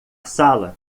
sala